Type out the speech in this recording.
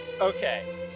okay